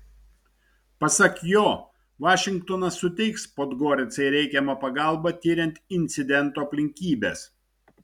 pasak jo vašingtonas suteiks podgoricai reikiamą pagalbą tiriant incidento aplinkybes